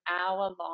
hour-long